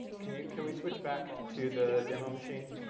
can yeah can we switch back to the demo machine?